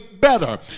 better